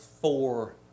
four